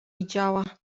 widziała